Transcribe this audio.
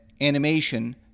animation